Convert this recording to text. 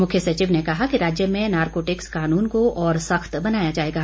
मुख्य सचिव ने कहा कि राज्य में नारकोटिक्स कानून को और सख्त बनाया जाएगा